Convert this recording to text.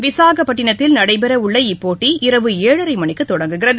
விசாகப்பட்டினத்தில் நடைபெற உள்ள இப்போட்டி இரவு ஏழரை மணிக்கு தொடங்குகிறது